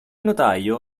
notaio